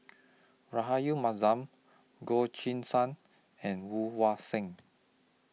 Rahayu Mahzam Goh Choo San and Woon Wah Siang